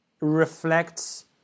reflects